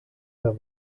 der